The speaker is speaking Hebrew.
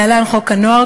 להלן: חוק הנוער,